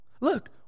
Look